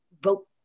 vote